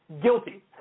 Guilty